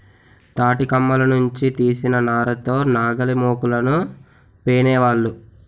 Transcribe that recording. తాటికమ్మల నుంచి తీసిన నార తో నాగలిమోకులను పేనేవాళ్ళు